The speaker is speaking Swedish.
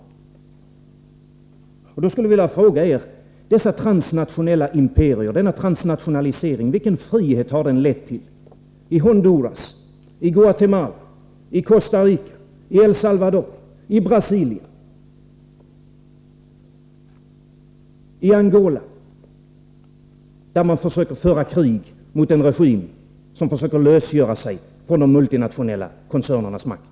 Då skulle jag vilja fråga er: Vilken frihet har denna transnationalisering lett till i Honduras, i Guatemala, i Costa Rica, i El Salvador, i Brasilien, i Angola, där man försöker föra krig mot en regim som strävar efter att lösgöra sig från de multinationella koncernernas makt?